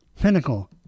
pinnacle